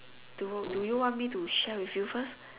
do do you want me to share with you first